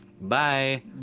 bye